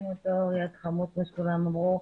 חמוד כמו שכולם אמרו,